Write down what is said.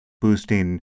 boosting